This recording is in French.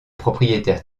propriétaire